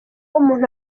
umuntu